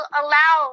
allow